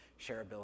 shareability